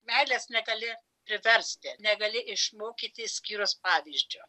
meilės negali priversti negali išmokyti išskyrus pavyzdžiu